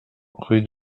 rue